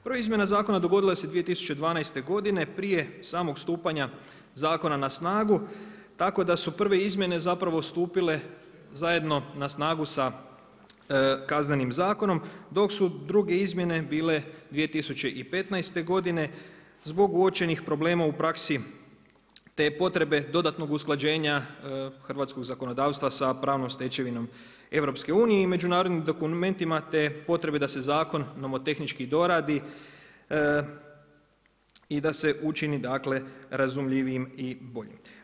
Prva izmjena zakona dogodila se 2012. godine prije samog stupanja zakona na snagu, tako da su prve izmjene zapravo stupile zajedno na snagu sa kaznenim zakonom dok su druge izmjene bile 2015. godine zbog uočenih problema u praksi te potrebe dodatnog usklađenja hrvatskog zakonodavstva sa pravnom stečevinom EU-a i međunarodnim dokumentima te potrebe da se zakon novo tehnički doradi i da se učini dakle, razumljivijim i boljim.